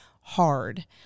hard